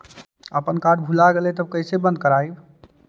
अपन कार्ड भुला गेलय तब कैसे बन्द कराइब?